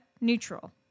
neutral